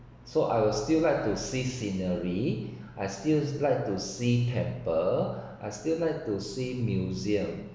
so I will still like to see scenery I still like to see temple I still like to see museum